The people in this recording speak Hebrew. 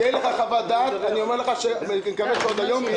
תהיה לך חוות הדעת הזאת, אני מקווה שעוד היום.